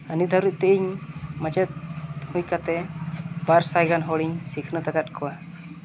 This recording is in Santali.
ᱱᱤᱛ ᱫᱷᱟᱹᱨᱤᱡ ᱛᱮᱜᱮᱧ ᱢᱟᱪᱮᱫ ᱦᱩᱭ ᱠᱟᱛᱮ ᱵᱟᱨ ᱥᱟᱭ ᱜᱟᱱ ᱦᱚᱲᱤᱧ ᱥᱤᱠᱷᱱᱟᱹᱛ ᱟᱠᱟᱫ ᱠᱚᱣᱟ